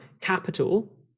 capital